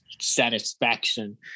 satisfaction